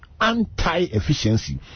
anti-efficiency